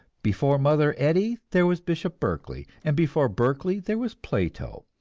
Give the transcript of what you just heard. before mother eddy there was bishop berkeley, and before berkeley, there was plato,